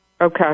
Okay